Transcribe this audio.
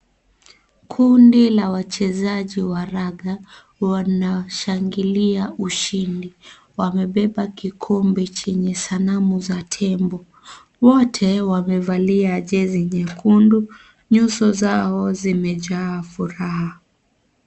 Kundi la wachezaji wa raga, wanashangilia ushindi. Wamebeba kikombe chenye sanamu za tembo. Wote wamevalia jezi nyekundu. Nyuso zao zimejaa furaha.